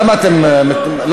למה אתם מתנדבים?